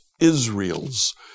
Israel's